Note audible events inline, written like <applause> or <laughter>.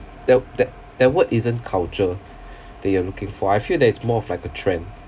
that that that word isn't culture <breath> they are looking for I feel that it's more of like a trend